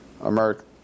America